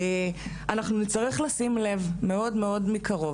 תודה, מיכל.